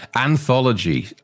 Anthology